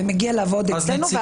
ומגיע לעבוד אצלנו.